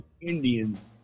Indians